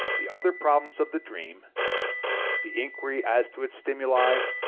the other problems of the dream the inquiry as to its stimuli,